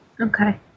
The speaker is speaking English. Okay